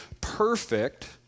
perfect